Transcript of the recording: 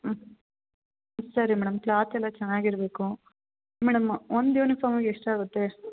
ಹ್ಞೂ ಸರಿ madam cloth ಎಲ್ಲ ಚೆನ್ನಾಗಿರ್ಬೇಕು ಮೇಡಮ್ ಒಂದು ಯೂನಿಫಾಮ್ ಎಷ್ಟು ಆಗುತ್ತೆ